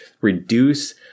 reduce